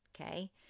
Okay